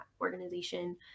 organization